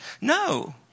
No